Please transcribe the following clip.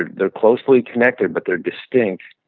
ah they're closely connected but they're distinct.